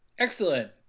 Excellent